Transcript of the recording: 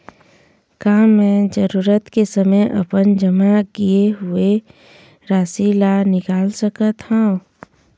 का मैं जरूरत के समय अपन जमा किए हुए राशि ला निकाल सकत हव?